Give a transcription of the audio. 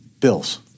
bills